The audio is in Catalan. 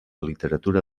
literatura